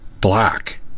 black